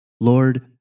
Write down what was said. Lord